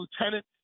lieutenant